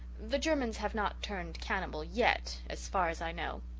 the germans have not turned cannibal yet as far as i know.